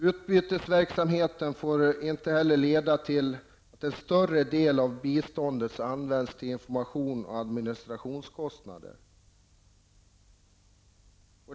Utbytesverksamheten får inte heller leda till att en större del av biståndet används till information och administrationskostnader.